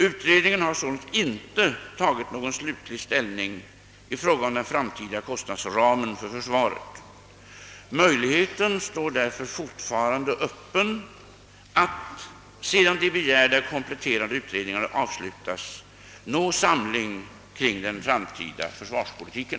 Utredningen har således inte tagit någon slutlig ställning i fråga om den framtida kostnadsramen för försvaret. Möjligheten står därför fortfarande öppen att, sedan de begärda kompletterande utredningarna avslutats, nå samling kring den framtida försvarspolitiken.